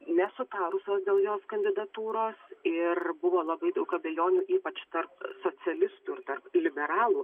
nesutarusios dėl jos kandidatūros ir buvo labai daug abejonių ypač tarp socialistų ir tarp liberalų